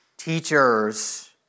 teachers